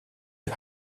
who